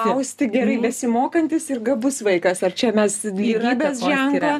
klausti gerai besimokantis ir gabus vaikas ar čia mes lygybės ženklą